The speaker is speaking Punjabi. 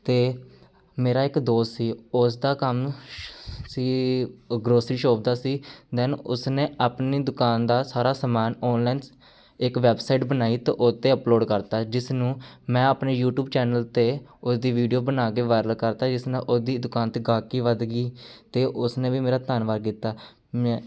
ਅਤੇ ਮੇਰਾ ਇੱਕ ਦੋਸਤ ਸੀ ਉਸ ਦਾ ਕੰਮ ਸੀ ਗਰੋਸਰੀ ਸ਼ੋਪ ਦਾ ਸੀ ਦੈਨ ਉਸਨੇ ਆਪਣੀ ਦੁਕਾਨ ਦਾ ਸਾਰਾ ਸਮਾਨ ਔਨਲਾਈਨ ਇੱਕ ਵੈਬਸਾਈਟ ਬਣਾਈ ਅਤੇ ਉਸਤੇ ਅਪਲੋਡ ਕਰਤਾ ਜਿਸ ਨੂੰ ਮੈਂ ਆਪਣੇ ਯੂਟਿਊਬ ਚੈਨਲ 'ਤੇ ਉਸਦੀ ਵੀਡੀਓ ਬਣਾ ਕੇ ਵਾਇਰਲ ਕਰਤਾ ਜਿਸ ਨਾਲ ਉਸਦੀ ਦੁਕਾਨ 'ਤੇ ਗਾਹਕੀ ਵੱਧ ਗਈ ਅਤੇ ਉਸਨੇ ਵੀ ਮੇਰਾ ਧੰਨਵਾਦ ਕੀਤਾ ਮੈ